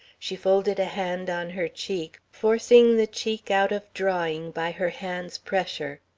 she folded a hand on her cheek, forcing the cheek out of drawing by her hand's pressure.